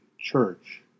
church